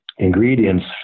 Ingredients